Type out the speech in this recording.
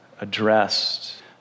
addressed